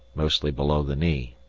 mostly below the knee.